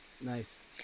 nice